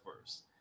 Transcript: first